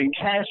cash